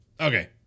Okay